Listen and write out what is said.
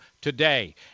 today